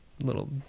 little